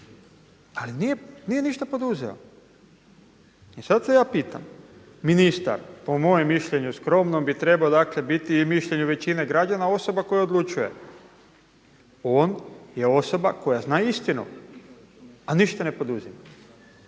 Ali nije ništa poduzeo. I sada se ja pitam, ministar po mojem mišljenju skromnom bi trebao biti i mišljenju većine građana osoba koja odlučuje. On je osoba koja zna istinu, a ništa ne poduzima.